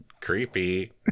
Creepy